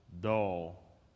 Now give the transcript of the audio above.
dull